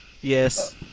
Yes